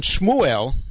Shmuel